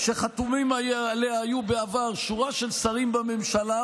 שהיו חתומים עליה בעבר שורה של שרים בממשלה,